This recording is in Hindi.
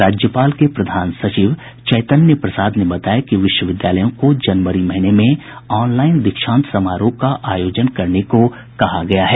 राज्यपाल के प्रधान सचिव चैतन्य प्रसाद ने बताया कि विश्वविद्यालयों को जनवरी महीने में ऑनलाईन दीक्षांत समारोह का आयोजन करने को कहा गया है